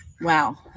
wow